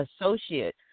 associate